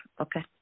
Okay